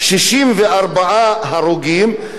מתוכם 38 עובדי בניין.